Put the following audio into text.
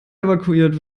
evakuiert